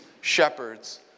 shepherds